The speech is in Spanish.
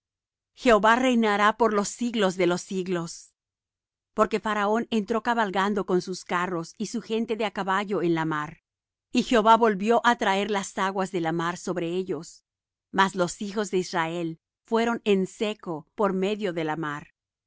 jehová reinará por los siglos de los siglos porque faraón entró cabalgando con sus carros y su gente de á caballo en la mar y jehová volvió á traer las aguas de la mar sobre ellos mas los hijos de israel fueron en seco por medio de la mar